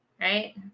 right